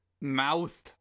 mouth